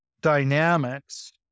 dynamics